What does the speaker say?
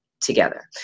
together